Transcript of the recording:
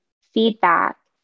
feedback